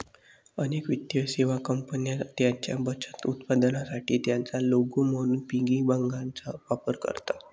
अनेक वित्तीय सेवा कंपन्या त्यांच्या बचत उत्पादनांसाठी त्यांचा लोगो म्हणून पिगी बँकांचा वापर करतात